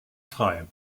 frei